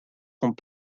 font